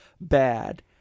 bad